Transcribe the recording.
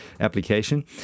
application